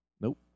Nope